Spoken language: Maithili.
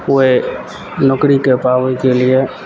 कोइ नौकरीके पाबयके लिये